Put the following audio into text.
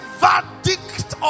verdict